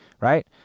right